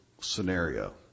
scenario